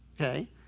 Okay